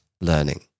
learning